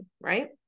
right